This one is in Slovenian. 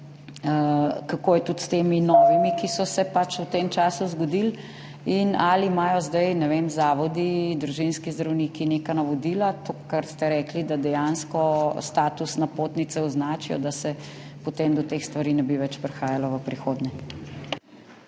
Kako je tudi z novimi, ki so se v tem času zgodili? Ali imajo zdaj, ne vem, zavodi, družinski zdravniki neka navodila? To, kar ste rekli, da dejansko status napotnice označijo, da potem do teh stvari ne bi več prihajalo v prihodnje.